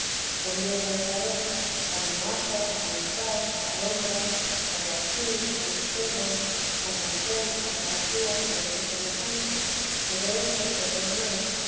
conviene a saber almohaza almorzar alhombra alguacil alhucema almacén alcancía y otros semejantes que deben ser pocos más